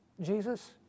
Jesus